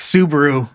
Subaru